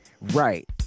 Right